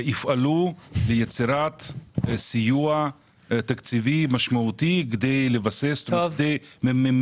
יפעלו ליצירת סיוע תקציבי משמעותי כדי לבסס את המפעל